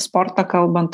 sportą kalbant